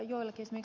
esimerkiksi ed